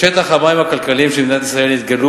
בשטח המים הכלכליים של מדינת ישראל נתגלו